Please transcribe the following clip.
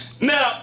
Now